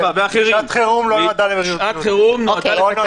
שעת חירום לא נועדה --- שעת חירום נועדה --- אוקיי,